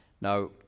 Now